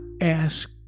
ask